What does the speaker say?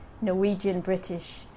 Norwegian-British